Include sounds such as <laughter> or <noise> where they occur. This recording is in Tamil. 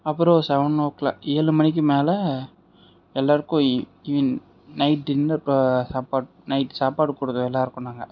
அப்புறம் செவென் ஓ கிளாக் ஏழுமணிக்கு மேல் எல்லாருக்கும் <unintelligible> நைட் டின்னர் சாப்பாடு நைட் சாப்பாடு கொடுத்தோம் எல்லாருக்கும் நாங்கள்